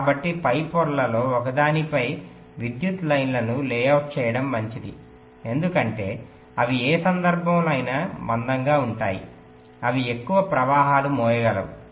కాబట్టి పై పొరలలో ఒకదానిపై విద్యుత్ లైన్లను లేఅవుట్ చేయడం మంచిది ఎందుకంటే అవి ఏ సందర్భంలోనైనా మందంగా ఉంటాయి అవి ఎక్కువ ప్రవాహాలను మోయగలవు